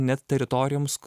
net teritorijoms